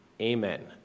Amen